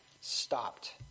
stopped